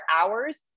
hours